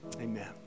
Amen